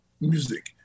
music